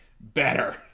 better